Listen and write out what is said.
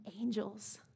angels